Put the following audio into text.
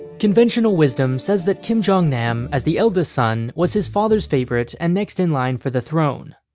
conventional wisdom says that kim jong-nam, as the eldest son, was his father's favorite and next in line for the throne,